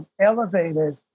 elevated